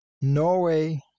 Norway